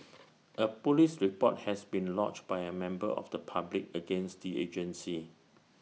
A Police report has been lodged by A member of the public against the agency